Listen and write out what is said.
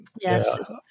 Yes